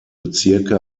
bezirke